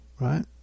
right